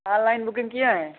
online booking किए हैं